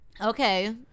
Okay